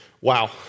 Wow